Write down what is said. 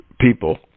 people